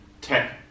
tech